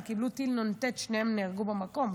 הם קיבלו טיל נ"ט, שניהם נהרגו במקום.